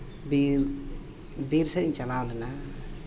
ᱵᱤᱨ ᱵᱤᱨ ᱥᱮᱫ ᱤᱧ ᱪᱟᱞᱟᱣ ᱞᱮᱱᱟ